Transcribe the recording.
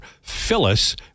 Phyllis